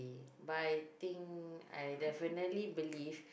but I think I definitely believe